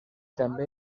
també